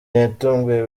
yatunguye